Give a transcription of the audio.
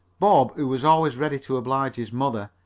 bob, who was always ready to oblige his mother,